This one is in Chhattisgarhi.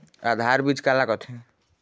आधार बीज का ला कथें?